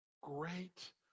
great